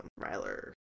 Ryler